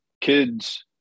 kids